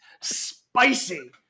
spicy